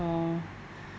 uh